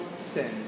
sin